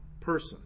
person